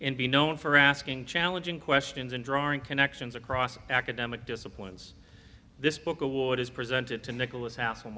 and be known for asking challenging questions and drawing connections across academic disciplines this book award is presented to nicholas